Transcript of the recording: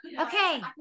Okay